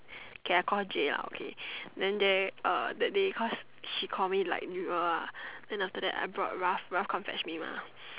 K I call her J lah okay then they uh that day cause she called me like 女儿 ah then after that I brought Ralph Ralph come fetch me mah